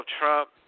Trump